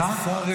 איזה עניין?